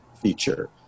feature